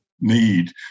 need